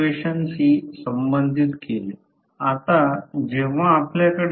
गणितांसाठी Li N ∅ हे देखील आवश्यक आहे